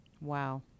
Wow